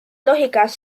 lógicas